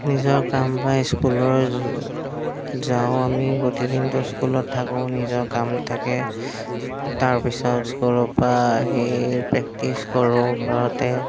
নিজৰ কাম বা স্কুলত যাওঁ আমি গোটেই দিনটো স্কুলত থাকোঁ নিজৰ কাম থাকে তাৰপিছত স্কুলৰ পৰা আহি প্ৰেক্টিছ কৰোঁ ঘৰতে